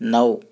नऊ